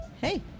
Hey